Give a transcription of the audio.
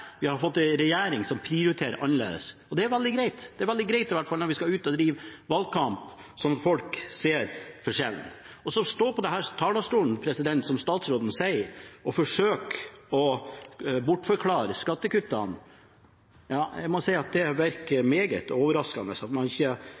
Vi har fått en regjering som prioriterer annerledes, og det er veldig greit. Det er i hvert fall veldig greit når vi skal ut og drive valgkamp så folk ser forskjellen. Statsråden står på denne talerstolen og forsøker å bortforklare skattekuttene. Jeg må si at det